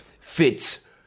Fits